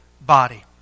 body